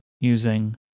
using